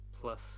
plus